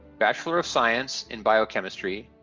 bachelor of science in biochemistry,